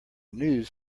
news